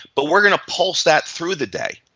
but we're gonna pulse that through the day.